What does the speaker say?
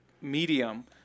medium